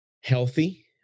healthy